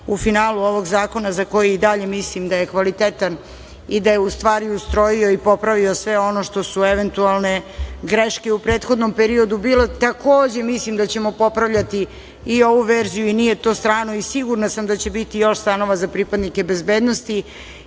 u finalu ovog zakona za koji i dalje mislim da je kvalitetan i da je ustrojio i popravio sve ono što su eventualne greške bile u prethodnom periodu. Takođe mislim da ćemo popravljati i ovu verziju i nije to stanova, sigurno sam da će biti još stanova za pripadnike bezbednosti